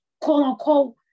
quote-unquote